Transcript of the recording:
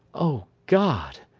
o god!